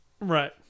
right